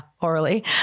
orally